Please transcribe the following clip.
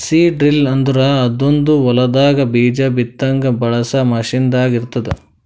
seed drill ಅಂದುರ್ ಅದೊಂದ್ ಹೊಲದಾಗ್ ಬೀಜ ಬಿತ್ತಾಗ್ ಬಳಸ ಮಷೀನ್ ದಾಗ್ ಇರ್ತ್ತುದ